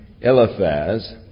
Eliphaz